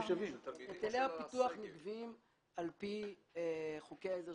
יש פטורים לפי סוג הנכס.